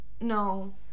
no